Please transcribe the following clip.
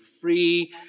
free